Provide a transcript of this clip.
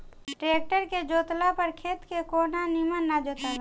tractor से जोतला पर खेत के कोना निमन ना जोताला